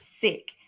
sick